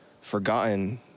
forgotten